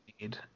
need